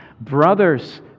Brothers